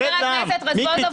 חבר הכנסת רזבוזוב,